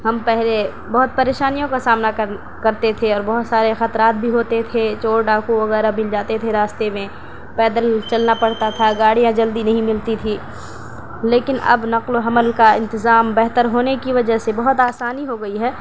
ہم پہلے بہت پریشانیوں کا سامنا کر کرتے تھے اور بہت سارے خطرات بھی ہوتے تھے چور ڈاکو وغیرہ مل جاتے تھے راستے میں پیدل چلنا پڑتا تھا گاڑیاں جلدی نہیں ملتی تھی لیکن اب نقل و حمل کا انتظام بہتر ہونے کی وجہ سے بہت آسانی ہو گئی ہے